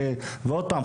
ועוד פעם,